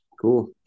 Cool